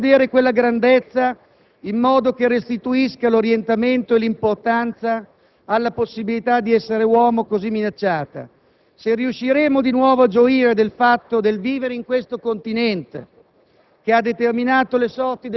se riusciremo di nuovo a vedere quella grandezza in modo che restituisca l'orientamento e l'importanza alla possibilità di essere uomo, così minacciata, se riusciremo di nuovo a gioire del fatto di vivere in questo continente,